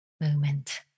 Moment